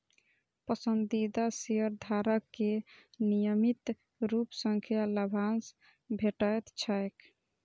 पसंदीदा शेयरधारक कें नियमित रूप सं लाभांश भेटैत छैक